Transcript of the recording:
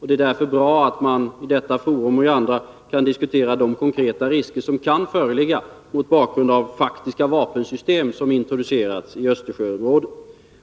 Det är därför bra att man i detta forum och andra kan diskutera de konkreta risker som kan föreligga mot bakgrund av vapensystem som faktiskt introducerats i Östersjöområdet.